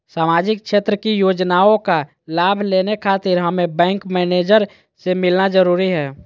सामाजिक क्षेत्र की योजनाओं का लाभ लेने खातिर हमें बैंक मैनेजर से मिलना जरूरी है?